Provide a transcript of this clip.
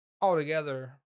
altogether